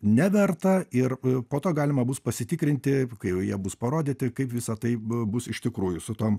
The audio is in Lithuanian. neverta ir po to galima bus pasitikrinti kai jau jie bus parodyti kaip visa tai bu bus iš tikrųjų su tom